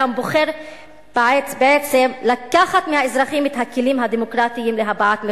גם בוחר בעצם לקחת מהאזרחים את הכלים הדמוקרטיים להבעת מחאה.